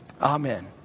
Amen